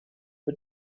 but